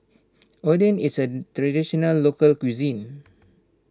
Oden is a Traditional Local Cuisine